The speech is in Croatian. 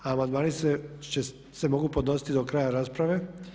Amandmani se mogu podnositi do kraja rasprave.